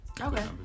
Okay